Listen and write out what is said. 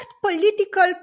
political